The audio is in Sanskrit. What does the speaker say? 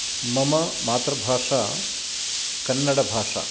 मम मातृभाषा कन्नडभाषा